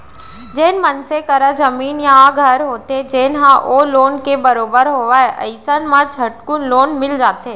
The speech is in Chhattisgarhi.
जेन मनसे करा जमीन या घर होथे जेन ह ओ लोन के बरोबर होवय अइसन म झटकुन लोन मिल जाथे